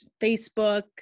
Facebook